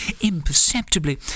imperceptibly